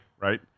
right